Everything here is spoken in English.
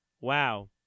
Wow